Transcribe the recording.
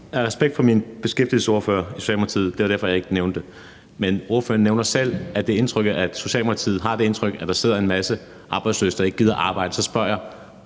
respekt for min beskæftigelsesordfører i Socialdemokratiet nævnte jeg det ikke. Men ordføreren nævner selv, at det er indtrykket, at Socialdemokratiet har det indtryk, at der sidder en masse arbejdsløse, der ikke gider arbejde. Så spørger jeg: